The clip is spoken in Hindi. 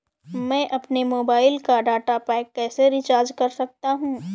मैं अपने मोबाइल का डाटा पैक कैसे रीचार्ज कर सकता हूँ?